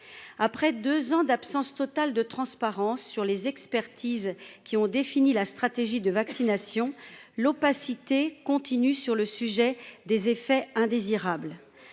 après 2 ans d'absence totale de transparence sur les expertises qui ont défini la stratégie de vaccination l'opacité continue sur le sujet des effets indésirables